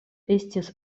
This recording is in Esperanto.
estis